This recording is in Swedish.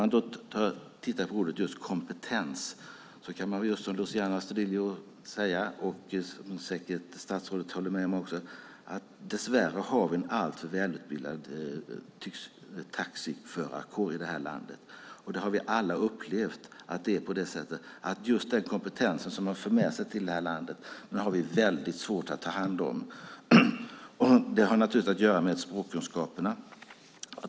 När det gäller just ordet "kompetens" kan vi som Luciano Astudillo säga - och det håller säkert statsrådet också med om - att vi dess värre har en alltför välutbildad taxiförarkår i det här landet. Vi har alla upplevt att det är på det sättet. Just den kompetens man för med sig till det här landet har vi väldigt svårt att ta hand om. Det har naturligtvis att göra med språkkunskaperna.